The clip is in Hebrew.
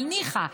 אבל ניחא,